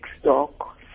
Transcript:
stock